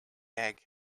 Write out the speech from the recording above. egg